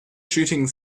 shooting